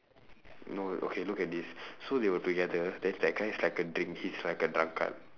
no okay look at this so they were together then that guy is like a drink he is like a drunkard